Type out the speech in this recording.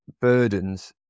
burdens